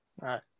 Right